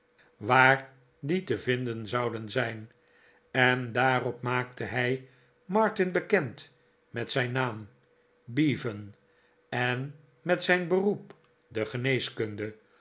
waar die te vinden zouden zijn en daarop maakte hij martin bekend met zijn naam bevan en met zijn beroep de geneeskunde